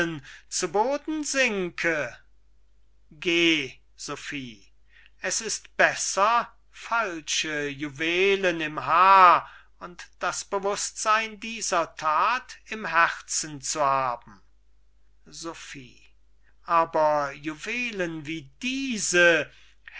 zu boden sinke geh sophie es ist besser falsche juwelen im haar und das bewußtsein dieser that im herzen zu haben sophie aber juwelen wie diese